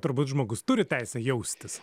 turbūt žmogus turi teisę jaustis